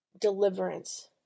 deliverance